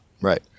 Right